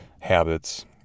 habits